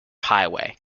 highway